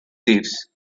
thieves